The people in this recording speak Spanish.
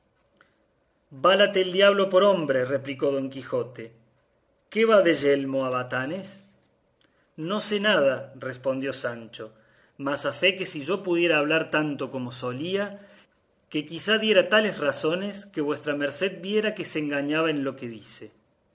válate el diablo por hombre replicó don quijote qué va de yelmo a batanes no sé nada respondió sancho mas a fe que si yo pudiera hablar tanto como solía que quizá diera tales razones que vuestra merced viera que se engañaba en lo que dice